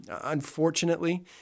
Unfortunately